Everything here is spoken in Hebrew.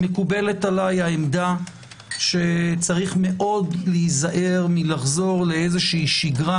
מקובלת עליי העמדה שצריך מאוד להיזהר מלחזור לאיזושהי שגרה